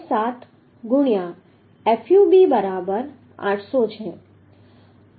7 ગુણ્યા fub બરાબર 800 છે